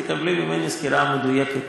תקבלי ממני סקירה מדויקת